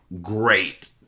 great